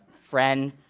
friend